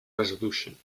resolution